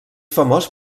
famós